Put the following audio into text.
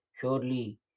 surely